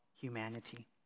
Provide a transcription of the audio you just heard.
humanity